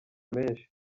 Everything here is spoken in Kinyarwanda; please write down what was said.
menshi